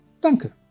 Danke